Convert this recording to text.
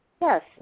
Yes